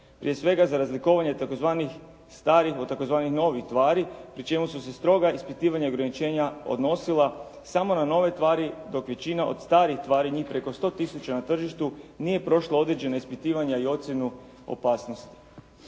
prije svega za razlikovanje tzv. starih od tzv. novih tvari pri čemu su se stroga ispitivanja i ograničenja odnosila samo na nove tvari, dok većina od starih tvari, njih preko 100 tisuća na tržištu nije prošla određena ispitivanja i ocjenu opasnosti.